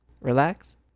relax